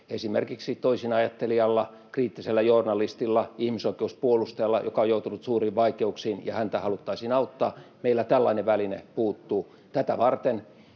esimerkiksi toisinajattelijalla, kriittisellä journalistilla, ihmisoikeuspuolustajalla, joka on joutunut suuriin vaikeuksiin, ja häntä haluttaisiin auttaa. Meiltä tällainen väline puuttuu. Tätä varten